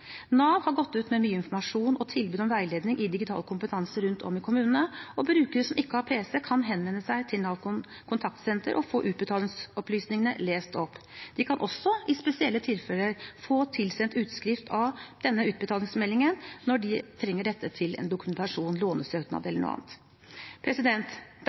Nav har gått ut med mye informasjon og tilbud om veiledning i digital kompetanse rundt om i kommunene, og brukere som ikke har pc, kan henvende seg til Nav Kontaktsenter og få utbetalingsopplysningene lest opp. De kan også, i spesielle tilfeller, få tilsendt utskrift av denne utbetalingsmeldingen når de trenger det til en dokumentasjon, lånesøknad eller annet. Det